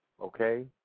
Okay